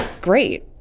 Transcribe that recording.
great